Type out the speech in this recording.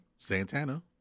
Santana